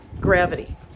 gravity